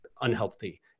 unhealthy